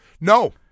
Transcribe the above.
No